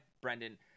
Brendan –